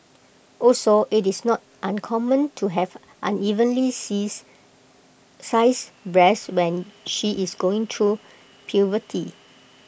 also IT is not uncommon to have unevenly seize sized breasts when she is going to puberty